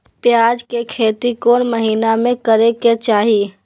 प्याज के खेती कौन महीना में करेके चाही?